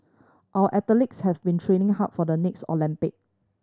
our athletes have been training hard for the next Olympic